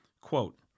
quote